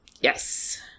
yes